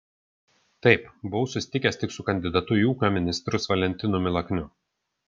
taip buvau susitikęs tik su kandidatu į ūkio ministrus valentinu milakniu